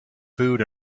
food